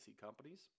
companies